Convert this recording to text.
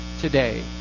today